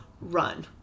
run